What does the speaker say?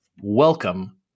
welcome